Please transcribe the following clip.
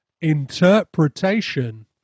Interpretation